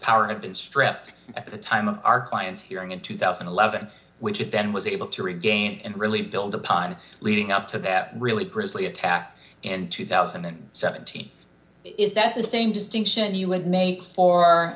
not been stripped at the time of our client's hearing in two thousand and eleven which it then was able to regain and really build upon leading up to that really grizzly attack in two thousand and seventeen is that the same distinction you would make for